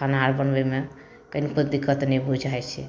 खाना अर बनबैमे कनिको दिक्कत नहि बुझाइ छै